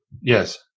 Yes